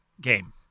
game